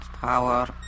Power